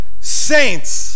Saints